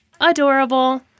adorable